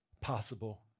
possible